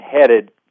headed